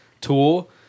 tool